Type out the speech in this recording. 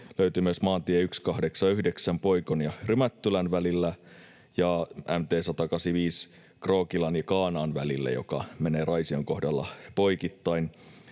Löytyy myös maantie 189 Poikon ja Rymättylän välillä ja mt 185 Krookilan ja Kaanaan välillä, joka menee Raision kohdalla poikittain.